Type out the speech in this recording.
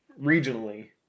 regionally